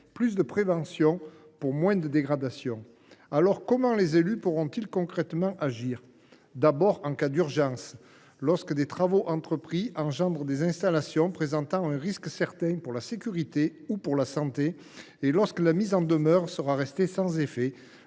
plus de prévention, pour moins de dégradations. Alors, comment les élus pourront ils concrètement agir ? D’abord, en cas d’urgence, lorsque des travaux entrepris engendrent des installations présentant un risque certain pour la sécurité ou pour la santé, et lorsque la mise en demeure sera restée sans effet,